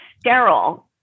sterile